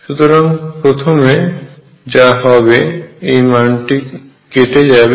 সুতরাং প্রথমে যা হবে এই মানটি কেটে যাবে